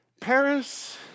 Paris